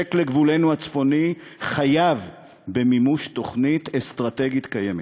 שנושק לגבולנו הצפוני חייב במימוש תוכנית אסטרטגית קיימת.